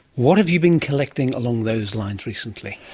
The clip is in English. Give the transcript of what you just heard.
what have you been collecting along those lines recently?